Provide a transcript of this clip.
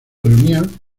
reunían